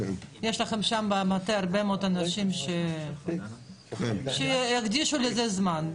יש לכם במטה הרבה מאוד אנשים, שיקדישו לזה זמן.